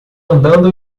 andando